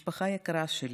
"משפחה יקרה שלי,